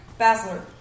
Basler